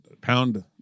pound